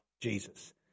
Jesus